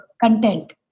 content